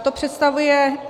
To představuje...